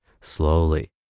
slowly